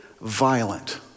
violent